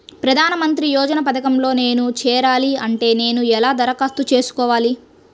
ప్రధాన మంత్రి యోజన పథకంలో నేను చేరాలి అంటే నేను ఎలా దరఖాస్తు చేసుకోవాలి?